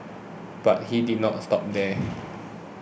but he did not stop there